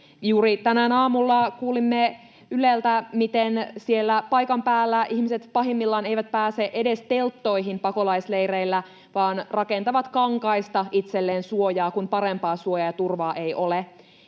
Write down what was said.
Juuri tänään aamulla kuulimme Yleltä, miten siellä paikan päällä ihmiset pahimmillaan eivät pääse edes telttoihin pakolaisleireillä vaan rakentavat kankaista itselleen suojaa, kun parempaa suojaa ja turvaa ei ole.